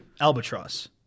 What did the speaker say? Albatross